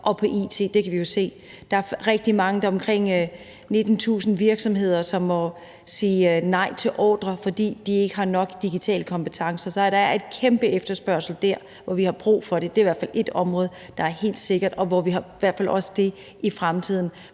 – det kan vi jo se. Der er rigtig mange, omkring 19.000 virksomheder, som må sige nej til ordrer, fordi de ikke har nok digital kompetence. Så der er en kæmpe efterspørgsel der, hvor vi har brug for uddannede. Det er i hvert fald et område, som er helt sikkert i fremtiden, for når vi går ind